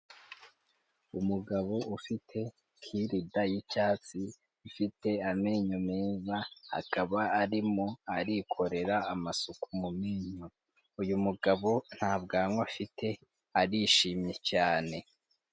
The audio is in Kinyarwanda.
Umugabo ufite kirida y'icyatsi, ifite amenyo meza, akaba arimo arikorera amasuku mu menyo. Uyu mugabo ntabwanwa afite, arishimye cyane.